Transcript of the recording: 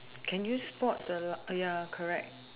can you spot the ya correct